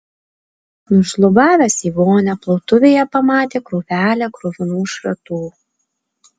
nušlubavęs į vonią plautuvėje pamatė krūvelę kruvinų šratų